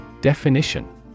Definition